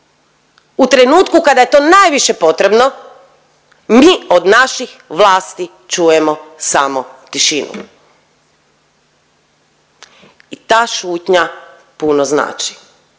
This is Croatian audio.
u trenutku kada je to najviše potrebno mi od naših vlasti čujemo samo tišinu. I ta šutnja puno znači.